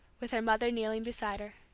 with her mother kneeling beside her.